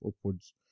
upwards